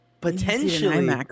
potentially